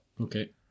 Okay